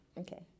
Okay